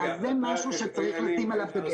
זה משהו שצריך לשים עליו דגש.